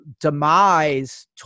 demise